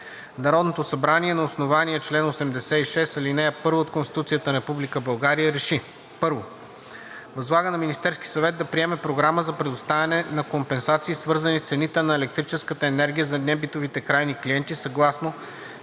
Народното събрание на основание чл. 86, ал. 1 от Конституцията на Република България РЕШИ: 1. Възлага на Министерския съвет да приеме програма за предоставяне на компенсации, свързани с цените на електрическата енергия, на небитовите крайни клиенти съгласно